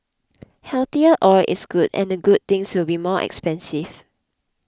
healthier oil is good and the good things will be more expensive